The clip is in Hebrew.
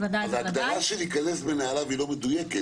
בוודאי --- אבל ההגדרה של להיכנס בנעליו היא לא מדויקת.